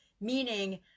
meaning